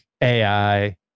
AI